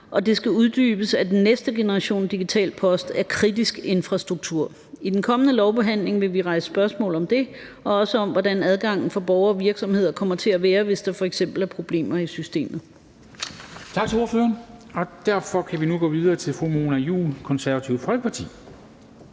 og det skal uddybes, at den næste generation Digital Post er kritisk infrastruktur. I den kommende lovbehandling vil vi rejse spørgsmål om det og også om, hvordan adgangen for borgere og virksomheder kommer til at være, hvis der f.eks. er problemer i systemet.